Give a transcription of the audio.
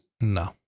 No